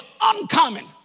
uncommon